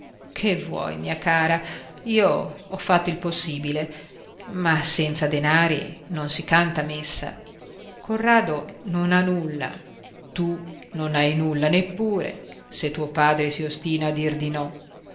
che vuoi mia cara io ho fatto il possibile ma senza denari non si canta messa corrado non ha nulla tu non hai nulla neppure se tuo padre si ostina a dir di no